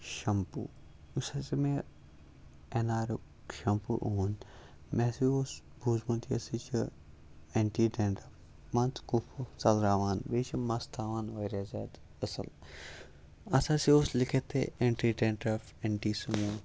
shampoo یُس ہَسا مےٚ ایٚن آر رُک شیٚمپوٗ اوٚن مےٚ ہَسا اوس بوٗزمُت یہِ ہَسا چھُ ایٚنٹی ڈینٛڈرَف مان ژٕ کُف وُف ژَلراوان بیٚیہِ چھُ مَس تھاوان واریاہ زیادٕ اصٕل اَتھ ہَسا اوس لیکھِتھ یہِ ایٚنٹی ڈینٛڈرف ایٚنٹی سٕموٗتھ